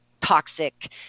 toxic